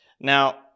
Now